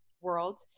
world